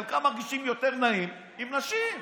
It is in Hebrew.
חלקן מרגישות יותר נעים עם נשים.